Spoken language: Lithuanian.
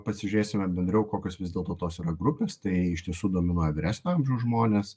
pasižiūrėsime bendriau kokios vis dėlto tos yra grupės tai iš tiesų dominuoja vyresnio amžiaus žmonės